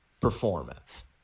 performance